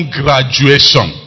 graduation